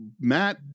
Matt